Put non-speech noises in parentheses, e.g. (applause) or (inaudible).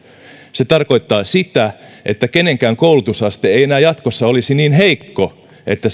se tarkoittaa sitä että kenenkään koulutusaste ei enää jatkossa olisi niin heikko että (unintelligible)